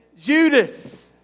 Judas